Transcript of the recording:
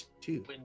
Two